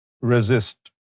resist